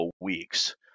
weeks